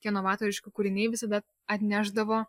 tie novatoriški kūriniai visada atnešdavo